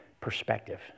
perspective